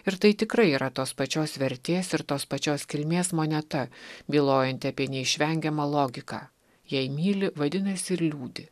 ir tai tikrai yra tos pačios vertės ir tos pačios kilmės moneta bylojanti apie neišvengiamą logiką jei myli vadinasi ir liūdi